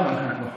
לא.